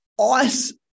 ice